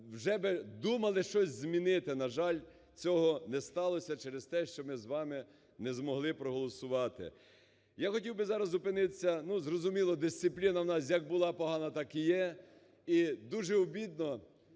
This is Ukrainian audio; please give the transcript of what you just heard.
вже би думали щось змінити. На жаль, цього не сталося через те, що ми з вами не змогли проголосувати. Я хотів би зараз зупинитися, ну, зрозуміло, дисципліна в нас як була погана, так і є.